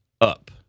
up